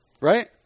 right